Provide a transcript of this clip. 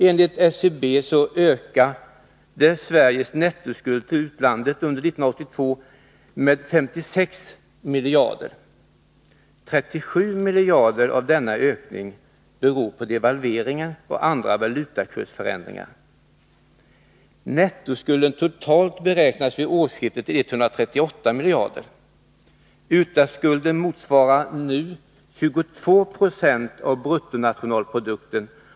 Enligt SCB ökade Sveriges nettoskuld till utlandet under 1982 med 56 miljarder. Av dessa 56 miljarder är 37 miljarder att hänföra till devalveringen och andra valutakursförändringar. Nettoskulden totalt beräknades vid årsskiftet till 138 miljarder. Utlandsskulden motsvarar nu 22 20 av bruttonationalprodukten.